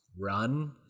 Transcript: run